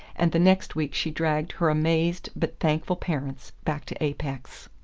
and the next week she dragged her amazed but thankful parents back to apex.